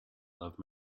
love